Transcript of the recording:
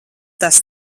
tas